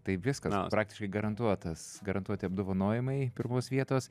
tai viskas praktiškai garantuotas garantuoti apdovanojimai pirmos vietos